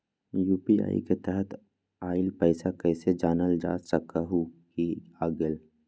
UPI के तहत आइल पैसा कईसे जानल जा सकहु की आ गेल?